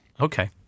Okay